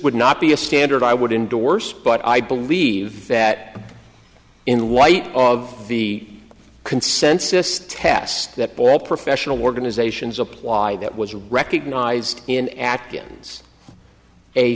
would not be a standard i would indorse but i believe that in light of the consensus test that all professional organizations apply that was recognized in atkins a